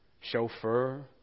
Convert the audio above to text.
chauffeur